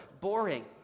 boring